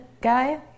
guy